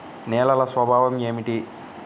నేలల స్వభావం ఏమిటీ?